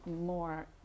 more